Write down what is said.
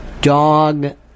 dog